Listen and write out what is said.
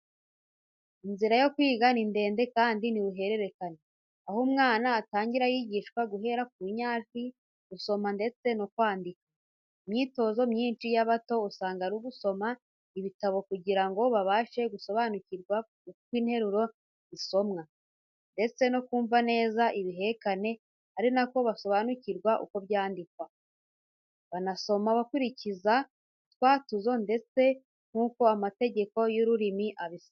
Inzira yo kwiga ni ndende kandi ni uruhererekane, aho umwana atangira yigishwa guhera ku nyajwi, gusoma ndetse no kwandika. Imyitozo myinshi y’abato usanga ari ugusoma ibitabo kugira ngo babashe gusobanukirwa uko interuro zisomwa, ndetse no kumva neza ibihekane, ari na ko basobanukirwa uko byandikwa. Banasoma bakurikiza utwatuzo neza, nk’uko amategeko y’ururimi abisaba.